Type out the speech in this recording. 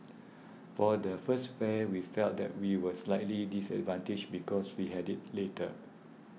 for the first fair we felt that we were slightly disadvantaged because we had it later